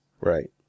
Right